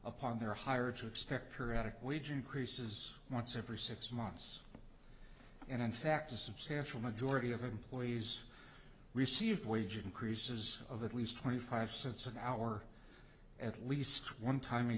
upon their hire to expect periodic wage increases once every six months and in fact a substantial majority of employees received wage increases of at least twenty five cents an hour at least one time